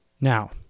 Now